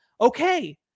Okay